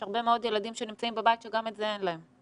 אבל יש הרבה מאוד ילדים שנמצאים בבית שגם את זה אין להם.